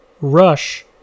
Rush